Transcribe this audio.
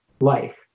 life